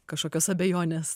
kažkokios abejonės